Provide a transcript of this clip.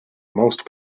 most